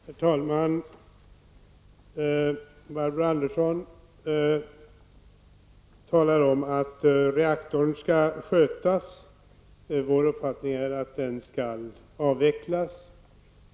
Herr talman! Barbro Andersson talar om att reaktorn skall skötas. Vår uppfattning är att den skall avvecklas.